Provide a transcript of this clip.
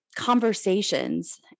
conversations